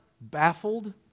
baffled